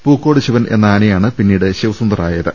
പൂക്കോട് ശിവൻ എന്ന ആനയാണ് പിന്നീട് ശിവസുന്ദർ ആയത്